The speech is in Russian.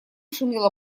шумела